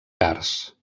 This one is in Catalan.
cars